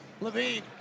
Levine